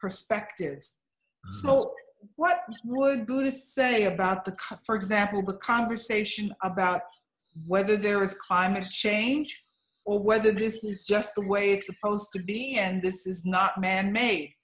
perspectives what would be good to say about the for example the conversation about whether there is climate change or whether this is just the way it's supposed to be and this is not man may